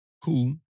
cool